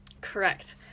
Correct